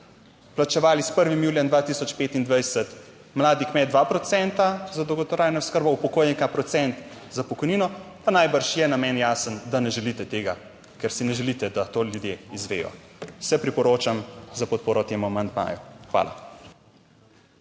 plačevali s 1. julijem 2025 mladi kmet 2 procenta za dolgotrajno oskrbo, upokojenka procent za pokojnino, pa najbrž je namen jasen, da ne želite tega, ker si ne želite, da to ljudje izvedo. Se priporočam za podporo temu amandmaju. Hvala.